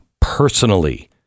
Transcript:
personally